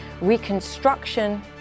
Reconstruction